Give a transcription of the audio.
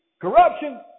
Corruption